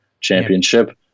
championship